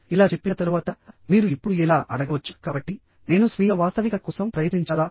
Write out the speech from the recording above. ఇలా చెప్పిన తరువాత మీరు ఇప్పుడు ఇలా అడగవచ్చుః కాబట్టి నేను స్వీయ వాస్తవికత కోసం ప్రయత్నించాలా